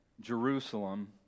Jerusalem